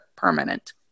permanent